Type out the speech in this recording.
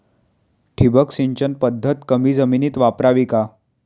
ठिबक सिंचन पद्धत कमी जमिनीत वापरावी का?